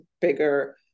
bigger